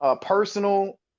personal